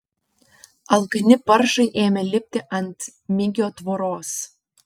alkani paršai ėmė lipti ant migio tvoros